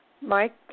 Mike